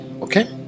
Okay